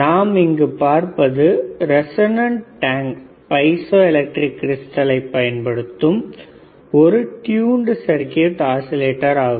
நாம் இங்கு பார்ப்பது ரெசோனன்ட் டேங்கில் பைசோ எலக்ட்ரிக் கிரிஸ்டலை பயன்படுத்தும் ஒரு ட்யூன்டு சர்க்யூட் ஆஸிலேட்டர் ஆகும்